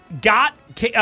got